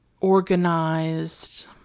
organized